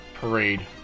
parade